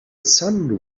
sun